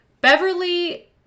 Beverly